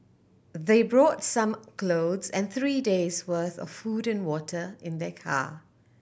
they brought some clothes and three days' worth of food and water in their car